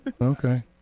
Okay